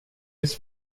his